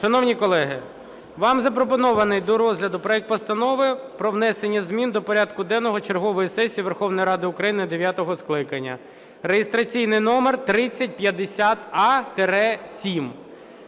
Шановні колеги, вам запропонований до розгляду проект Постанови про внесення змін до порядку денного четвертої сесії Верховної Ради України дев'ятого скликання (реєстраційний номер 3050а-7).